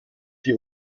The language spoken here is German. die